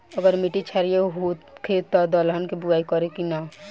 अगर मिट्टी क्षारीय होखे त दलहन के बुआई करी की न?